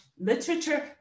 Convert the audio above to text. literature